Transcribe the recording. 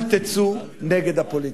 אל תצאו נגד הפוליטיקה.